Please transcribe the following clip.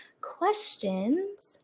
questions